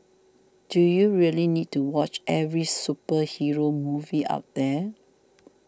do you really need to watch every superhero movie out there